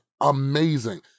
amazing